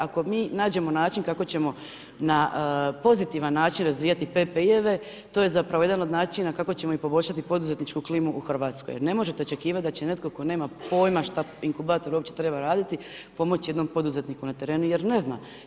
Ako mi nađemo način kako ćemo na pozitivan način razvijati PPI-eve, to je jedan od načina kako ćemo poboljšati poduzetničku klimu u Hrvatskoj jer ne možete očekivati da će netko tko nema pojma šta inkubator uopće treba raditi pomoć jednom poduzetniku na terenu jer ne zna.